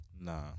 Nah